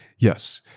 yes.